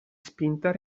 spinta